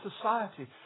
society